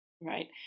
Right